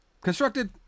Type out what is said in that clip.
constructed